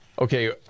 Okay